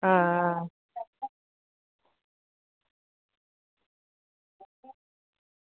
आं